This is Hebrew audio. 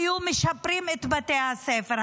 היו משפרים את בתי הספר.